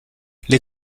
les